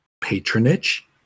patronage